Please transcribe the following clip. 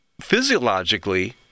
physiologically